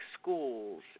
schools